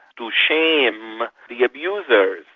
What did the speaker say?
to shame the abusers.